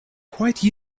quite